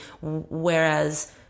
whereas